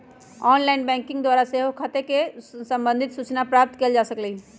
online banking द्वारा सेहो खते से संबंधित सूचना प्राप्त कएल जा सकइ छै